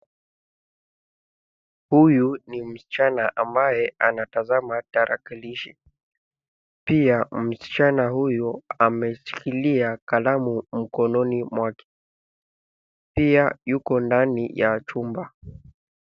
Huyu ni msichana ambaye anatazama tarakilishi. Pia msichana huyo ameshikilia kalamu mkononi mwake. Pia yuko ndani ya chumba.